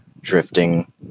drifting